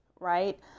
right